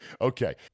Okay